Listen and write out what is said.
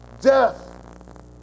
Death